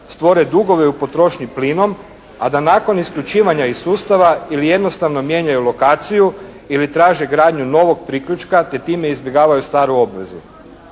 stvore dugove u potrošnji plinom a da nakon isključivanja iz sustava ili jednostavno mijenjaju lokaciju ili traže gradnju novog priključka te time izbjegavaju staru obvezu.